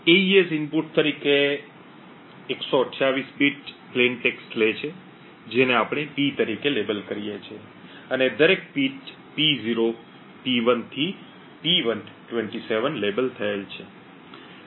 AES input તરીકે 128 bit સાદા text લે છે જેને આપણે P તરીકે લેબલ કરીએ છીએ અને દરેક બીટ P0 P1 થી P127 લેબલ થયેલ છે